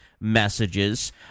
messages